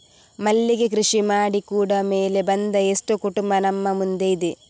ಮಲ್ಲಿಗೆ ಕೃಷಿ ಮಾಡಿ ಕೂಡಾ ಮೇಲೆ ಬಂದ ಎಷ್ಟೋ ಕುಟುಂಬ ನಮ್ಮ ಮುಂದೆ ಇದೆ